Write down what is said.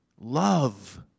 Love